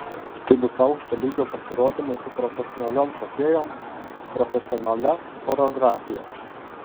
tai bus aukšto lygio pasirodymai su profesionaliom šokėjom profesionalia choreografija